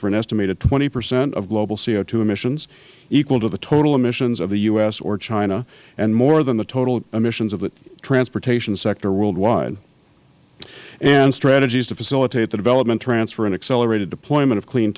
for an estimated twenty percent of global co emissions equal to the total emissions of the u s or china and more than the total emissions of the transportation sector worldwide and strategies to facilitate the development transfer and accelerated deployment of clean